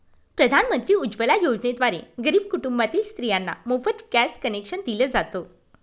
प्रधानमंत्री उज्वला योजनेद्वारे गरीब कुटुंबातील स्त्रियांना मोफत गॅस कनेक्शन दिल जात